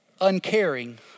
Uncaring